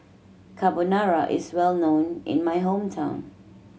carbonara is well known in my hometown